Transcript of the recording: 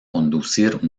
conducir